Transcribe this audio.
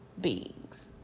beings